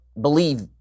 believe